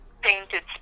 painted